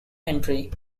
entry